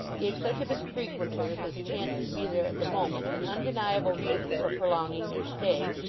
gave such of its frequenters as chanced to be there at the moment an undeniable reason for prolonging their stay,